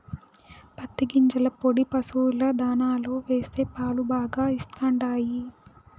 పత్తి గింజల పొడి పశుల దాణాలో వేస్తే పాలు బాగా ఇస్తండాయి